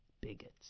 bigots